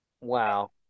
Wow